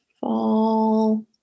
fall